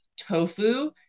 tofu